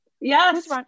Yes